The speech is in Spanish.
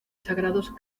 sagrados